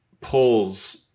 pulls